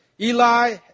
Eli